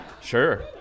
Sure